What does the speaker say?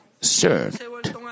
served